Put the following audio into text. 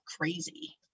crazy